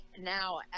now